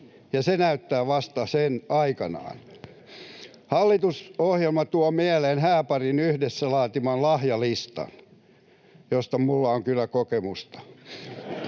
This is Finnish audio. ja sen näyttää vasta aika. Hallitusohjelma tuo mieleen hääparin yhdessä laatiman lahjalistan, josta minulla on kyllä kokemusta.